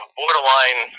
borderline